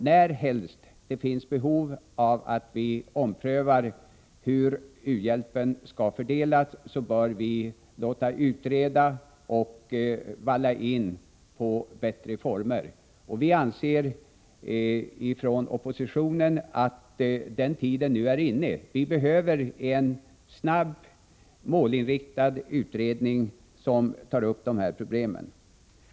Närhelst det finns behov av att ompröva hur u-hjälpen skall fördelas bör vi låta utreda bättre former. Vi anser från oppositionen att den tiden nu är inne. Vi behöver en snabb, målinriktad utredning som tar upp de här problemen.